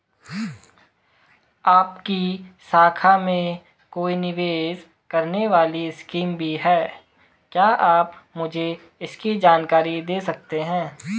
आपकी शाखा में कोई निवेश करने वाली स्कीम भी है क्या आप मुझे इसकी जानकारी दें सकते हैं?